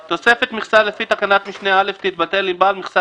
" (ב)תוספת מכסה לפי תקנת משנה (א) תתבטל אם בעל המכסה